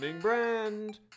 brand